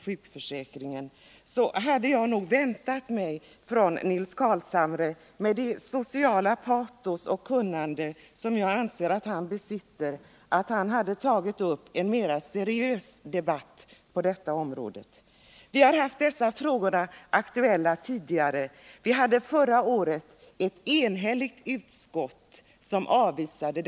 Jag hade nog väntat mig att Nils Carlshamre, med det sociala patos och kunnande som jag anser att han besitter, skulle ta upp en mer seriös debatt på den punkten. De här frågorna har varit uppe tidigare. Förra året avvisade ett enhälligt utskott förslagen.